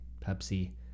Pepsi